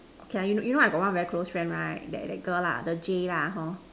okay ah you know you know I got one very close friend right that that girl lah the J lah hor